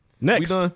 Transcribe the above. Next